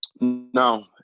no